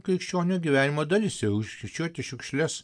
krikščionio gyvenimo dalis jau išrūšiuoti šiukšles